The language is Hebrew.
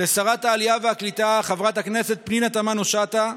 לשרת העלייה והקליטה חברת הכנסת פנינה תמנו שטה,